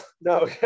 no